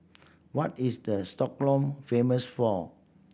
what is the Stockholm famous for